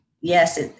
yes